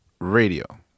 radio